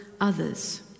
others